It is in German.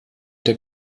der